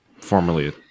Formerly